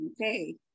Okay